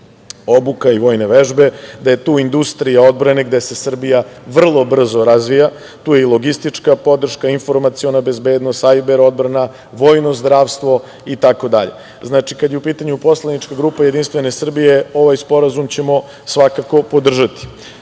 obuka i vojne vežbe, da je tu industrija odbrane, da se Srbija vrlo brzo razvija i logistička podrška, informaciona bezbednost, sajber odbrana, vojno zdravstvo, itd. Znači, kada je u pitanju poslanička grupa JS, ovaj Sporazum ćemo svakako podržati. Sledeći